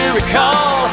recall